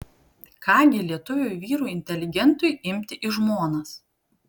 ką gi lietuviui vyrui inteligentui imti į žmonas